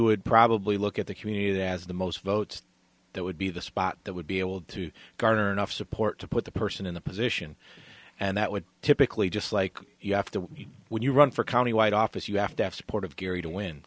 would probably look at the community that has the most votes that would be the spot that would be able to garner enough support to put the person in the position and that would typically just like you have to when you run for county wide office you have to have support of gary to win